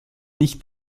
nicht